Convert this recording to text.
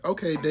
Okay